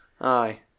Aye